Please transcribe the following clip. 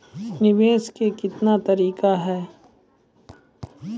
निवेश के कितने तरीका हैं?